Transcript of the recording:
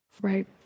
right